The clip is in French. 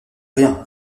rien